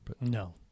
No